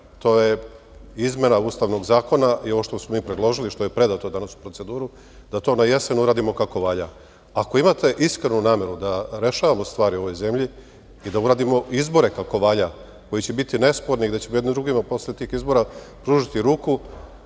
to je izmena Ustavnog zakona, i ovo što smo mi predložili, što je danas predato u proceduru, da to na jesen uradimo kako valja. Ako imate iskrenu nameru da rešavamo stvari u ovoj zemlji i da uradimo izbore kako valja, koji će biti nesporni, gde ćemo jedni drugima posle tih izbora pružiti ruku,